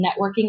networking